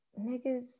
niggas